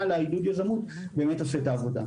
לעידוד יזמות באמת עושה את העבודה.